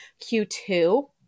Q2